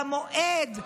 במועד,